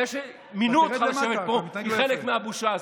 זה שמינו אותך לשבת פה, זה חלק מהבושה הזאת.